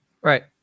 Right